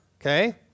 Okay